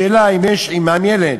והשאלה מעניינת: